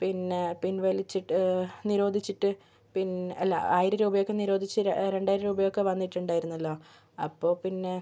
പിന്നെ പിൻ വലിച്ചിട്ട് നിരോധിച്ചിട്ട് പിൻ അല്ല ആയിരം രൂപയൊക്കെ നിരോധിച്ച് രണ്ടായിരം രൂപയൊക്കെ വന്നിട്ടുണ്ടായിരുന്നല്ലോ അപ്പോൾ പിന്നെ